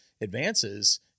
advances